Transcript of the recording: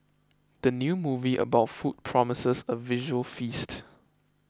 the new movie about food promises a visual feast